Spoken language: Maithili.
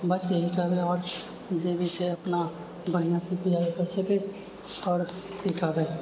बस इएह कहबै आओर जे भी छै अपना बढ़िआँ से कर सकए आओर की कहबै